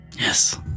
Yes